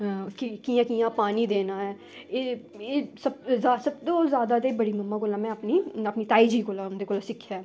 कि'यां कि'यां पानी देना ऐ एह् एह् सब तूं जादा ते बड़ी मम्मा कोला में अपनी अपनी ताई जी कोला उं'दे कोला सिक्खेआ